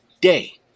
day